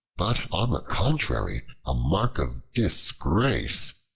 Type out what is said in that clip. but on the contrary a mark of disgrace,